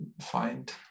find